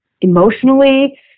emotionally